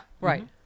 right